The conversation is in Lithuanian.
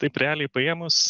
taip realiai paėmus